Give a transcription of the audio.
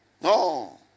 No